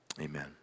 Amen